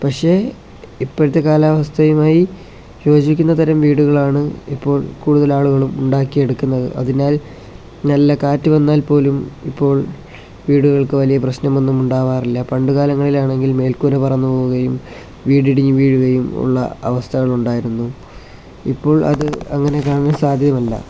പഷേ ഇപ്പോഴത്തെ കാലാവസ്ഥയുമായി യോജിക്കുന്ന തരം വീടുകളാണ് ഇപ്പോൾ കൂടുതൽ ആളുകളും ഉണ്ടാക്കിയെടുക്കുന്നത് അതിനാൽ നല്ല കാറ്റു വന്നാൽ പോലും ഇപ്പോൾ വീടുകൾക്ക് വലിയ പ്രശ്നം ഒന്നും ഉണ്ടാവാറില്ല പണ്ടുകാലങ്ങളിൽ ആണെങ്കിൽ മേൽക്കൂര പറന്നു പോവുകയും വീട് ഇടിഞ്ഞു വീഴുകയും ഉള്ള അവസ്ഥകൾ ഉണ്ടായിരുന്നു ഇപ്പോൾ അത് അങ്ങനെ കാണാൻ സാധ്യമല്ല